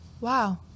Wow